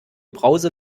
brause